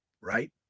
right